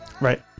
Right